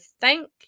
thank